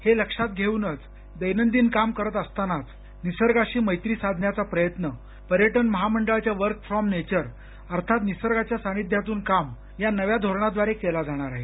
हे लक्षात घेऊनच दैनंदिन काम करत असतानाच निसर्गाशी मैत्री साधण्याचा प्रयत्न पर्यटन महामंडळाच्या वर्क फ्रॉम नेचर अर्थात निसर्गाच्या सानिध्यातून काम या नव्या धोरणाद्वारे केला जाणार आहे